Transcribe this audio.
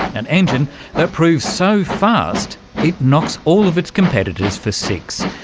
an engine that proves so fast it knocks all of its competitors for six,